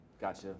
gotcha